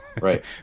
right